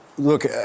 Look